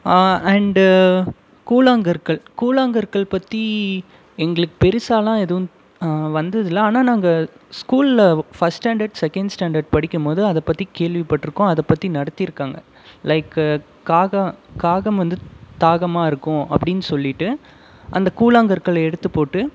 and கூழாங்கற்கள் கூழாங்கற்கள் பற்றி எங்களுக்கு பெருசாகலாம் எதுவும் வந்ததில்லை ஆனால் நாங்கள் ஸ்கூலில் ஃபஸ்ட் ஸ்டாண்டர்டு செக்கெண்ட் ஸ்டாண்டர்டு படிக்கும்போது அதைப் பற்றி கேள்விப்பட்டிருக்கோம் அதைப் பற்றி நடத்தியிருக்காங்க லைக்கு காகம் காகம் வந்து தாகமாக இருக்கும் அப்படின்னு சொல்லிவிட்டு அந்த கூழாங்கற்களை எடுத்துப்போட்டு